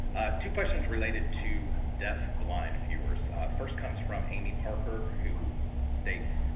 two questions related to deaf-blind viewers. first come from amy parker who states,